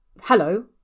Hello